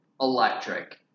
Electric